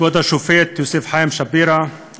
כבוד השופט יוסף חיים שפירא,